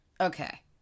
okay